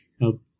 help